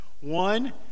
One